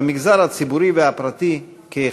במגזר הציבורי והפרטי כאחד.